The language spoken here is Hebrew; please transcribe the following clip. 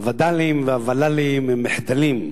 הווד"לים והוול"לים הם מחדלים,